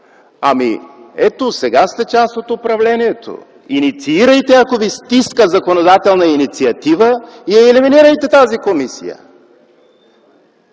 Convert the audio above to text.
Ето, сега сте част от управлението - инициирайте, ако Ви стиска, законодателна инициатива и елиминирайте тази комисия,